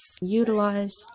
utilize